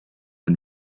and